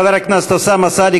חבר הכנסת אוסאמה סעדי,